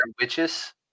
Witches